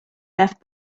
left